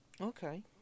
Okay